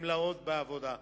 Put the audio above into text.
גמלאות בעבודה.